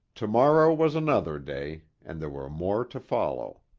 tomorrow was another day and there were more to follow.